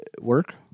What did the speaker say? work